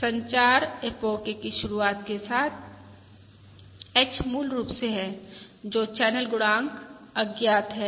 इसलिए संचार एपोके की शुरुआत के साथ h मूल रूप से है जो चैनल गुणांक अज्ञात है